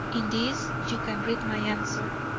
in these you can read my answer.